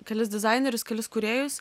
kelis dizainerius kelis kūrėjus